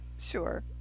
Sure